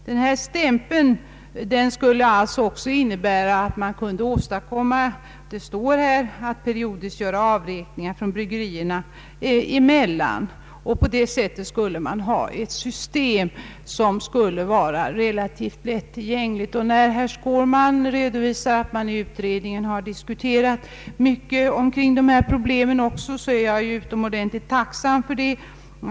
Den stämpeln skulle också innebära — det står i reservationen — möjligheter att periodiskt göra avräkningar bryggerierna emellan. På det sättet skulle man få ett relativt lättillgängligt system som skulle gynna alla. Herr Skårman förklarade att man inom utredningen har diskuterat dessa problem mycket, vilket jag är utomordentligt tacksam för.